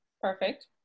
Perfect